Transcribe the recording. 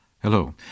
Hello